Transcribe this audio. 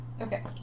Okay